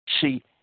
See